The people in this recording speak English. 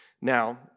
Now